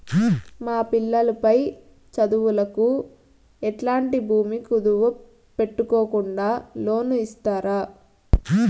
మా పిల్లలు పై చదువులకు ఎట్లాంటి భూమి కుదువు పెట్టుకోకుండా లోను ఇస్తారా